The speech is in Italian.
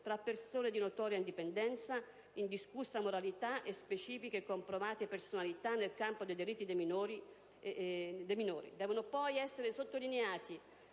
tra persone di notoria indipendenza, indiscussa moralità e specifiche e comprovate professionalità nel campo dei diritti dei minori. Devono poi essere sottolineati